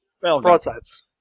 broadsides